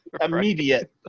Immediate